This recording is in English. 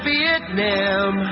Vietnam